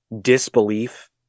disbelief